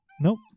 Nope